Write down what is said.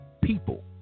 people